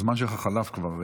הזמן שלך כבר חלף.